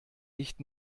nicht